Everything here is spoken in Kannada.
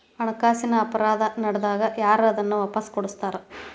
ಹಣಕಾಸಿನ್ ಅಪರಾಧಾ ನಡ್ದಾಗ ಯಾರ್ ಅದನ್ನ ವಾಪಸ್ ಕೊಡಸ್ತಾರ?